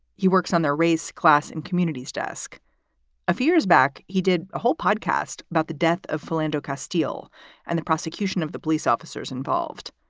he works on their race, class and communities desk a few years back. he did a whole podcast about the death of flandreau castiel and the prosecution of the police officers involved.